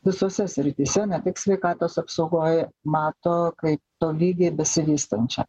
visose srityse ne tik sveikatos apsaugoje mato kaip tolygiai besivystančią